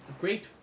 Great